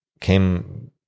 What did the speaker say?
came